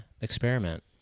experiment